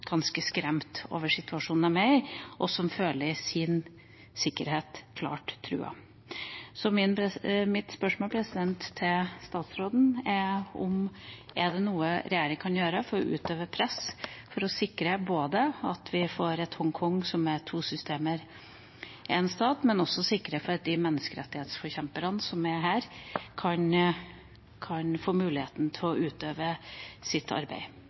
ganske skremt over situasjonen de er i, og som føler sin sikkerhet klart truet. Mitt spørsmål til statsråden er om det er noe regjeringa kan gjøre for å utøve press for å sikre både at vi får et Hongkong som er «to systemer, én stat», og at menneskerettighetsforkjemperne som er der, kan få mulighet til å utøve sitt arbeid.